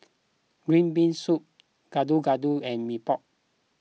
Green Bean Soup Gado Gado and Mee Pok